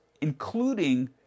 including